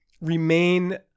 remain